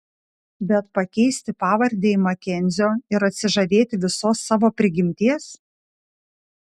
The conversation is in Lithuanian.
bet pakeisti pavardę į makenzio ir atsižadėti visos savo prigimties